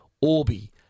Orbi